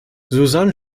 susan